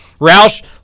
roush